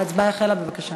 ההצבעה החלה, בבקשה.